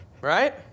right